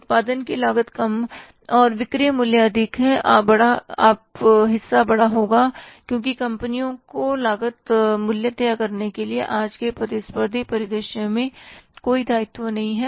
उत्पादन की लागत कम और बिक्री मूल्य अधिक है आप हिस्सा बड़ा होगा क्योंकि कंपनियों को बिक्री मूल्य तय करने के लिए आज के प्रतिस्पर्धी परिदृश्य में कोई दायित्व नहीं है